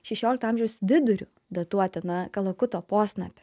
šešiolikto amžiaus viduriu datuotiną kalakuto posnapį